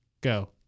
Go